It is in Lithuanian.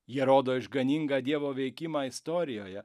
jie rodo išganingą dievo veikimą istorijoje